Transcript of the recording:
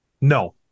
No